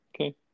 Okay